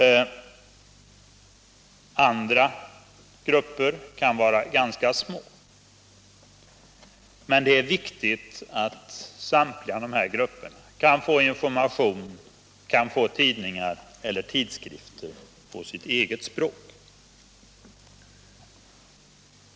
Andra grupper kan vara ganska små. Men det är viktigt att samtliga kan få information och tidningar eller tidskrifter på sitt eget språk.